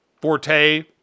Forte